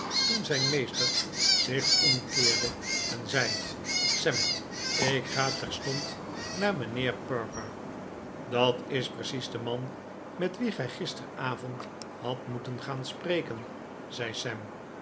toen zijn meester zich omkeerde en zei sam ik ga terstond naar mijnheer perker dat is precies de man met wien gij gisteravond hadt moeten gaan spreken zei